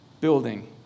building